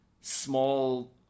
small